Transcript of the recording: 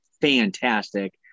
fantastic